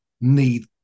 need